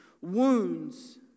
wounds